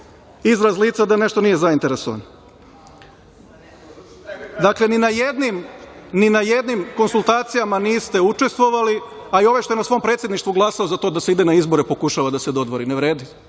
izraz lica da nešto nije zainteresovan. Dakle, ni na jednim konsultacijama niste učestvovali, a i ovaj što je na svom predsedništvu glasao za to da se ide na izbore, pokušava da se dodvori. Ne vredi,